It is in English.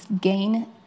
gain